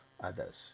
others